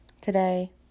today